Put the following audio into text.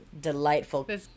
delightful